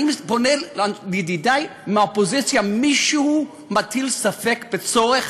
אני פונה לידידי מהאופוזיציה: מישהו מטיל ספק בצורך